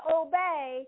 obey